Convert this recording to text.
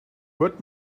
but